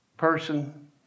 person